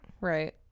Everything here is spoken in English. right